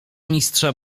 mistrza